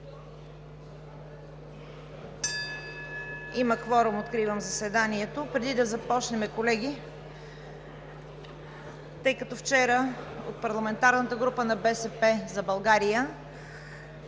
Има кворум. Откривам заседанието. Преди да започнем, колеги, тъй като вчера от парламентарната група на „БСП за България“